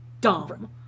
dumb